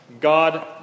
God